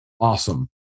awesome